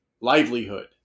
livelihood